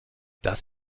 das